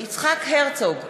יצחק הרצוג,